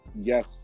yes